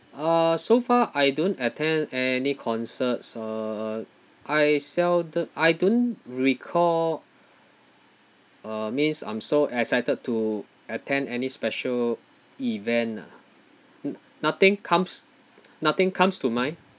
uh so far I don't attend any concerts or I seldo~ I don't recall uh means I'm so excited to attend any special event ah n~ nothing comes nothing comes to mind